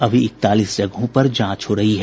अभी इकतालीस जगहों पर जांच हो रही है